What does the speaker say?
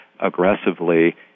aggressively